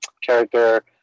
character